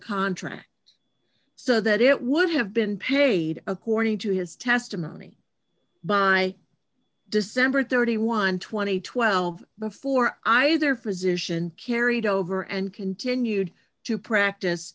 contract so that it would have been paid according to his testimony by december thirty one two thousand and twelve before either physician carried over and continued to practice